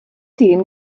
dyn